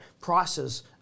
prices